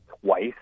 twice